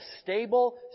stable